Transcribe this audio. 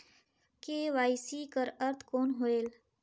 KYC कर अर्थ कौन होएल?